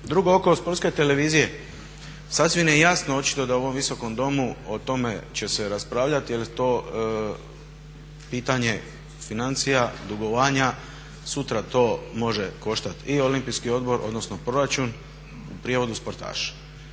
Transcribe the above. Drugo, oko Sportske televizije sasvim je jasno da ovom visokom domu o tome će se raspravljati jer je to pitanje financija, dugovanja, sutra to može koštati i Olimpijski odbor, odnosno proračun, u prijevodu sportaše.